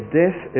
death